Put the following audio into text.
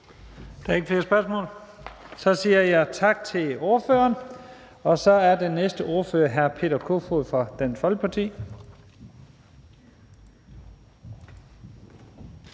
tak til ordføreren. Og så er den næste ordfører hr. Peter Kofod fra Dansk Folkeparti.